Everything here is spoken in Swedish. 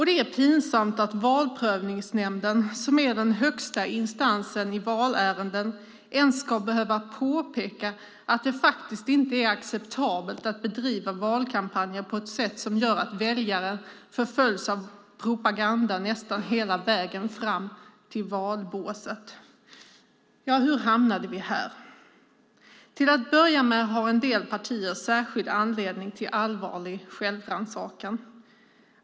Det är pinsamt att Valprövningsnämnden, som är den högsta instansen i valärenden, ens ska behöva påpeka att det faktiskt inte är acceptabelt att bedriva valkampanjer på ett sätt som gör att väljaren förföljs av propaganda nästan hela vägen fram till valbåset. Hur hamnade vi här? Till att börja med har en del partier särskild anledning till allvarlig självrannsakan.